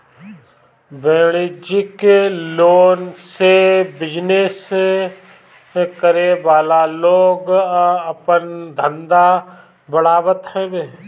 वाणिज्यिक लोन से बिजनेस करे वाला लोग आपन धंधा बढ़ावत हवे